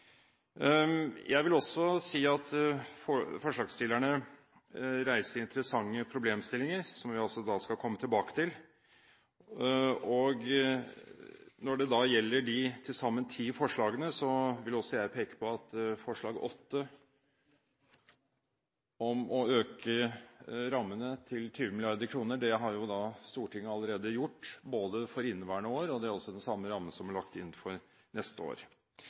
Jeg vil også si at forslagsstillerne reiser interessante problemstillinger som vi skal komme tilbake til. Når det gjelder de til sammen ti forslagene, vil også jeg peke på at forslag nr. 8 om å øke rammene til 20 mrd. kr har Stortinget allerede gjort for inneværende år, og den samme ramme er også er lagt inn for neste år.